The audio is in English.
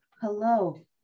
hello